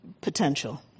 potential